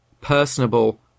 personable